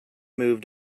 moved